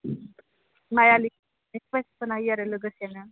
माइ आलि फोना होयो आरो लोगोसेनो